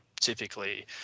typically